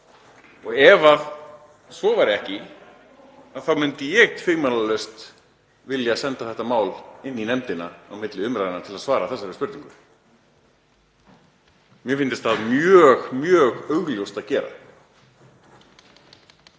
dag. Ef svo væri ekki þá myndi ég tvímælalaust vilja senda þetta mál inn í nefndina á milli umræðna til að svara þessari spurningu. Mér fyndist mjög augljóst að gera